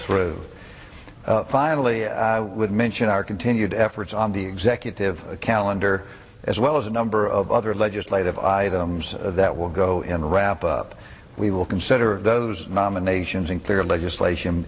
through finally i would mention our continued efforts on the executive calendar as well as a number of other legislative items that will go in wrapped up we will consider those nominations in clear legislation